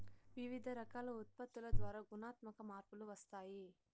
వివిధ రకాల ఉత్పత్తుల ద్వారా గుణాత్మక మార్పులు వస్తాయి